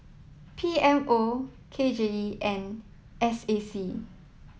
P M O K J E and S A C